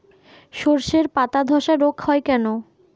শর্ষের পাতাধসা রোগ হয় কেন?